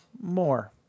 More